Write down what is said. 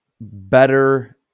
better